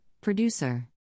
Producer